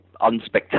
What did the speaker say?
unspectacular